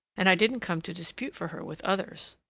and i didn't come to dispute for her with others.